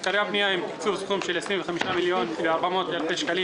עיקרי הפנייה הם תקצוב סכום של 25,400 אלפי ש"ח